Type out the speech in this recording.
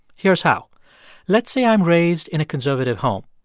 here's how let's say i'm raised in a conservative home.